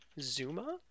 Zuma